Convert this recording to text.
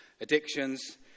addictions